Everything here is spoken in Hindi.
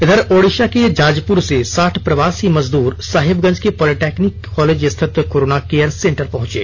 इधर ओडिषा के जाजपूर से साठ प्रवासी मजदूर साहिबगंज के पॉलिटेक्निक कॉलेज स्थित कोरोना केयर सेंटर पहंचे